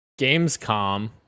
Gamescom